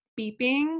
beeping